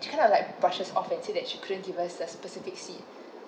she kind of like brushes off and said that she couldn't give us a specific seat